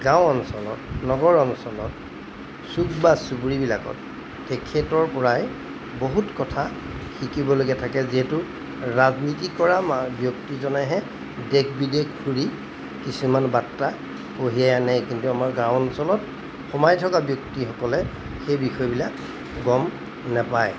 গাঁও অঞ্চলত নগৰ অঞ্চলত চুক বা চুবুৰীবিলাকত তেখেতৰপৰাই বহুত কথা শিকিবলগীয়া থাকে যিহেতু ৰাজনীতি কৰা ব্যক্তিজনেহে দেশ বিদেশ ফুৰি কিছুমান বাৰ্তা কঢ়িয়াই আনে কিন্তু আমাৰ গাঁও অঞ্চলত সোমাই থকা ব্যক্তিসকলে সেই বিষয়বিলাক গম নেপায়